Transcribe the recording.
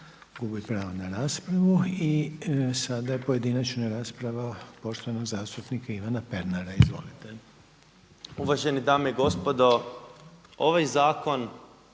Uvažene dame i gospodo, ovaj zakon